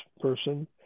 person